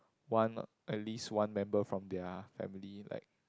one at least one member from their family like